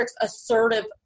assertive